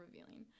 revealing